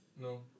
No